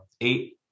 eight